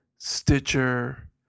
Stitcher